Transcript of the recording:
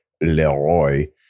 Leroy